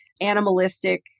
Animalistic